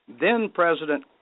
then-president